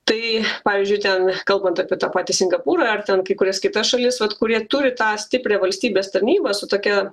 tai pavyzdžiui ten kalbant apie tą patį singapūrą ar ten kai kurias kitas šalis vat kurie turi tą stiprią valstybės tarnybą su tokia